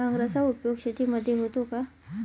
नांगराचा उपयोग शेतीमध्ये होतो का?